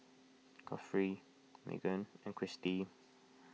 Godfrey Maegan and Kristy